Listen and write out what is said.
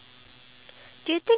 iya